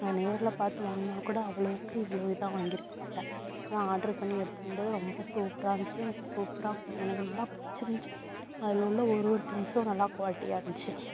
நான் நேரில் பார்த்து வாங்கினாக்கூட அவ்வளோவுக்கு இவ்வளோ இதாக வாங்கியிருக்க மாட்டேன் ஆனால் ஆர்ட்ரு பண்ணி எடுத்திருந்தது ரொம்ப சூப்பராக இருந்துச்சு எனக்கு சூப்பராக எனக்கு நல்லா பிடிச்சிருந்துச்சி அதில் உள்ள ஒரு ஒரு திங்க்ஸும் நல்லா குவாலிட்டியாக இருந்துச்சு